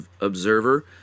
observer